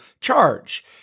charge